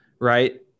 right